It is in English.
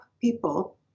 people